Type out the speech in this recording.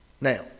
Now